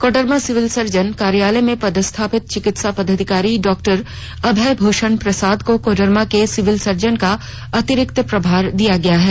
Koderma civil surgeon कार्यालय में पदस्थापित चिकित्सा पदाधिकारी डॉक्टर अभय भूषण प्रसाद को कोडरमा के सिविल सर्जन का अतिरिक्त प्रभार दिया गया है